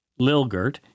Lilgert